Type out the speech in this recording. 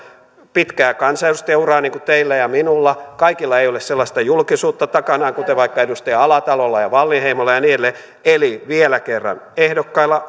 pitkää kansanedustajauraa niin kuin teillä ja minulla kaikilla ei ole sellaista julkisuutta takanaan kuten vaikka edustaja alatalolla ja edustaja wallinheimolla ja niin edelleen eli vielä kerran ehdokkailla